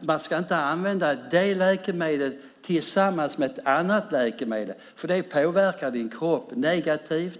bestämt avråder från: Du ska inte använda det läkemedlet tillsammans med ett annat läkemedel, för det påverkar din kropp negativt.